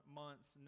months